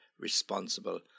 responsible